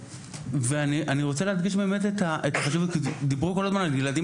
אני רוצה להדגיש את החשיבות כי דיברו כל הזמן על ילדים